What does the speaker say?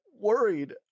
worried